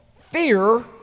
fear